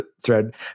thread